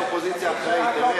איזו אופוזיציה אחראית.